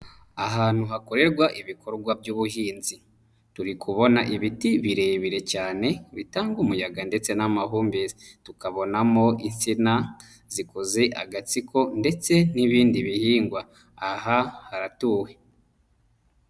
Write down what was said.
Ahantu hakorerwa ibikorwa by'ubuhinzi. Turi kubona ibiti birebire cyane bitanga umuyaga ndetse n'amahumbezi, tukabonamo insina zikoze agatsiko ndetse n'ibindi bihingwa. Aha haratuwe.